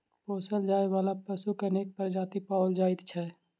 पोसल जाय बला पशुक अनेक प्रजाति पाओल जाइत छै